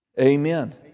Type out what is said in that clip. Amen